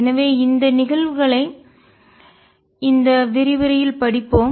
எனவே இந்த நிகழ்வுகளை இந்த விரிவுரையில் படிப்போம்